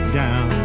down